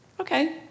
okay